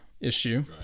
issue